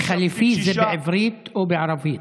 "חליפי" זה בעברית או בערבית?